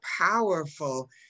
powerful